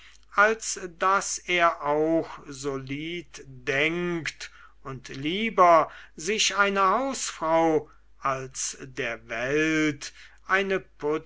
als daß er auch solid denkt und lieber sich eine hausfrau als der welt eine